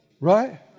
Right